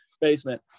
basement